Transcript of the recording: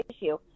issue